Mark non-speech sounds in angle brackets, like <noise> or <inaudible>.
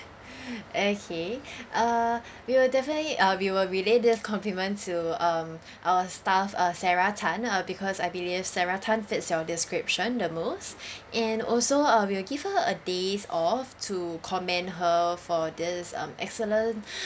<breath> okay uh we will definitely uh we will relay this compliment to um our staff uh sarah tan uh because I believe sarah tan fits your description the most and also uh we'll give her a days off to commend her for this um excellent